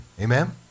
amen